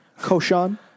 Koshan